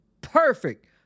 perfect